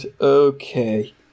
okay